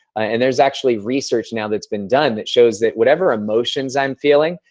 and there's actually research now that's been done that shows that whatever emotions i'm feeling,